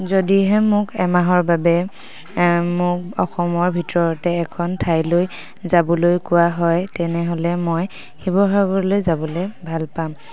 যদিহে মোক এমাহৰ বাবে মোক অসমৰ ভিতৰতে এখন ঠাইলৈ যাবলৈ কোৱা হয় তেনেহ'লে মই শিৱসাগৰলৈ যাবলে ভাল পাম